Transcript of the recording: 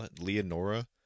Leonora